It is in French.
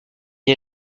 est